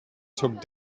took